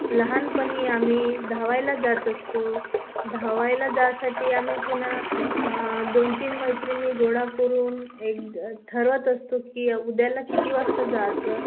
लहानपणी आम्ही धावायला जात असतो धावायला जायसाठी आम्ही पुन्हा दोन तीन मैत्रिणी गोळा करून एक ठरवत असतो की उद्याला किती वाजता जायचं